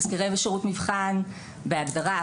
בהגדרה,